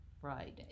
Friday